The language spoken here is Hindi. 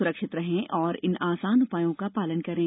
सुरक्षित रहें और इन आसान उपायों का पालन करें